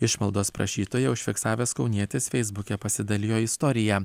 išmaldos prašytoją užfiksavęs kaunietis feisbuke pasidalijo istorija